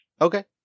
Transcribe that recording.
Okay